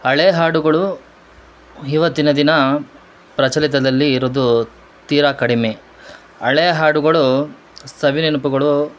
ಹಳೆ ಹಾಡುಗಳು ಇವತ್ತಿನ ದಿನ ಪ್ರಚಲಿತದಲ್ಲಿ ಇರುವುದು ತೀರಾ ಕಡಿಮೆ ಹಳೆ ಹಾಡುಗಳು ಸವಿನೆನಪುಗಳು